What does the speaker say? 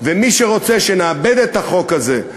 ומי שרוצה שנעבד את החוק הזה,